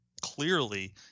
clearly